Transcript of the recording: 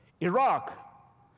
Iraq